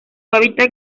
hábitat